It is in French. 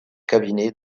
cabinet